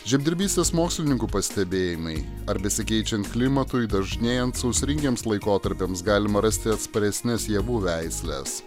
žemdirbystės mokslininkų pastebėjimai ar besikeičiant klimatui dažnėjant sausringiems laikotarpiams galima rasti atsparesnes javų veisles